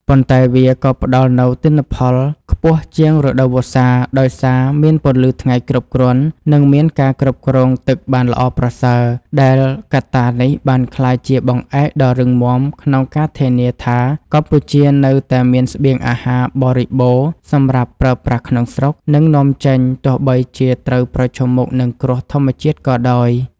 ប៉ុន្តែវាក៏ផ្តល់នូវទិន្នផលខ្ពស់ជាងរដូវវស្សា ដោយសារមានពន្លឺថ្ងៃគ្រប់គ្រាន់ និងមានការគ្រប់គ្រងទឹកបានល្អប្រសើរ ដែលកត្តានេះបានក្លាយជាបង្អែកដ៏រឹងមាំក្នុងការធានាថាកម្ពុជានៅតែមានស្បៀងអាហារបរិបូរណ៍សម្រាប់ប្រើប្រាស់ក្នុងស្រុក និងនាំចេញ ទោះបីជាត្រូវប្រឈមមុខនឹងគ្រោះធម្មជាតិក៏ដោយ។